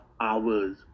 hours